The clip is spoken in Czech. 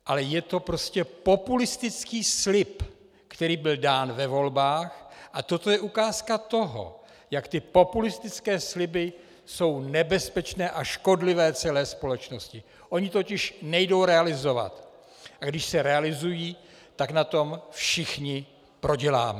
Ale je to prostě populistický slib, který byl dán ve volbách, a toto je ukázka toho, jak ty populistické sliby jsou nebezpečné a škodlivé celé společnosti ony totiž nejdou realizovat, a když se realizují, tak na tom všichni proděláme.